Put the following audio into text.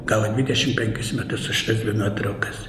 gavo dvidešim penkius metus už tas dvi nuotraukas